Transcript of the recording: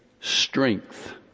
strength